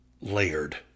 layered